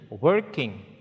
working